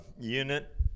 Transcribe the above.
unit